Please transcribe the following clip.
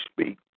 speak